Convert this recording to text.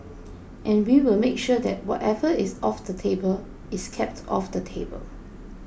and we will make sure that whatever is off the table is kept off the table